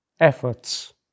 efforts